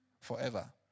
forever